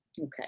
Okay